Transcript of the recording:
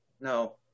No